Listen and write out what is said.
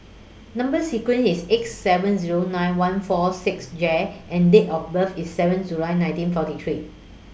Number sequence IS X seven Zero nine one four six J and Date of birth IS seven July nineteen forty three